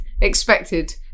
expected